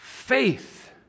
Faith